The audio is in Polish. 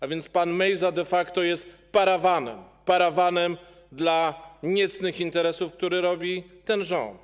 A więc pan Mejza de facto jest parawanem, parawanem dla niecnych interesów, które robi ten rząd.